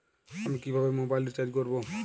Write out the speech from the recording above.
আমি কিভাবে mobile recharge করব?